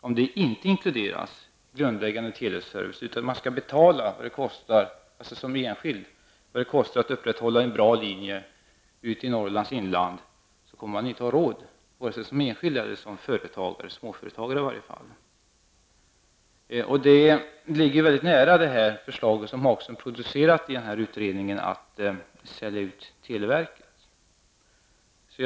Om grundläggande teleservice inte inkluderas utan man som enskild person skall betala vad det kostar att upprätthålla en bra linje i Norrlands inland, kommer man varken som enskild eller som småföretagare att ha råd med det. Detta ligger mycket nära det förslag som Tony Hagström har producerat i den här utredningen om att sälja ut televerket.